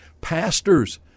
Pastors